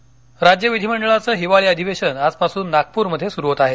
अधिवेशन नागपर राज्य विधीमंडळाचं हिवाळी अधिवेशन आजपासून नागपूरमध्ये सुरू होत आहे